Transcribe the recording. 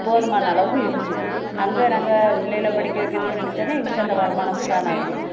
போதுமான அளவுக்கு இருக்கு அங்கே நாங்கள் பிள்ளைகளை படிக்க வைக்கணும் நினச்சோன்னே எங்களுக்கு அந்த வருமானமும் காணாது